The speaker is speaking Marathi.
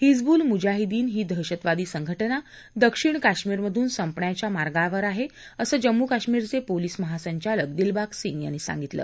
हिजवूल मुजाहिदीन ही दहशतवादी संघाजा दक्षिण कश्मीरमधून संपण्याच्या मार्गावर आहे असं जम्मू कश्मीरचे पोलीस महासंचालक दिलबाग सिंग यांनी सांगितलं